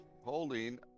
holding